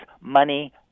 money